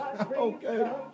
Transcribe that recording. Okay